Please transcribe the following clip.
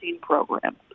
program